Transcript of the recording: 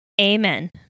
Amen